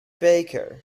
baker